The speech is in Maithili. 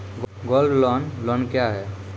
गोल्ड लोन लोन क्या हैं?